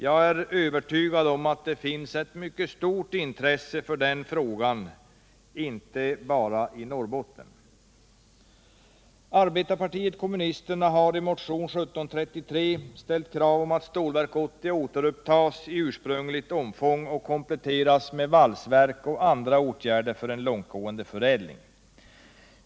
Jag är övertygad om att det finns ett stort intresse för svaret på den frågan — inte bara i Norrbotten. Arbetarpartiet kommunisterna har i motionen 1733 ställt krav om att Stålverk 80 återupptas i sitt ursprungliga omfång och kompletteras med valsverk och andra åtgärder för en långtgående förädling.